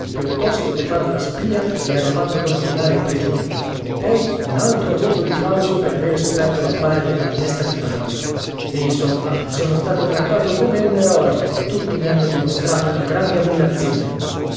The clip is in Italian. piuttosto che far la spia mi ero fatto condannare in prigione poi un altro voto di plauso per avere scoperto l'affare della minestra di magro insomma sono stato trattato come un eroe e tutti mi hanno dimostrato una grande ammirazione